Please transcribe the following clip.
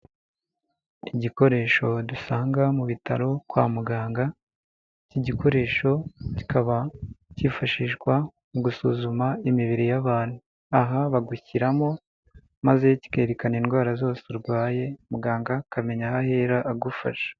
Igikoresho dusanga mu bitaro kwa muganga, iki gikoresho kikaba cyifashishwa mu gusuzuma imibiri y'abantu aha bagushyiramo maze kikerekana indwara zose urwaye muganga akamenya aho ahera agufasha.